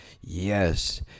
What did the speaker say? yes